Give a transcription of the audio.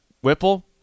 Whipple